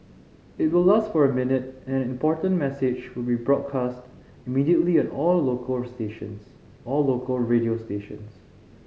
it will last for a minute and an important message will be broadcast immediately on all local stations all local radio stations